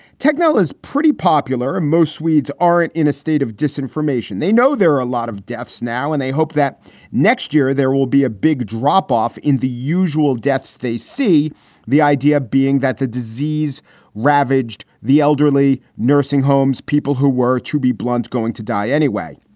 technol is pretty popular and most swedes. all right. in a state of disinformation, they know there are a lot of deaths now and they hope that next year there will be a big drop off in the usual deaths they see the idea being that the disease ravaged the elderly, nursing homes, people who were, to be blunt, going to die anyway.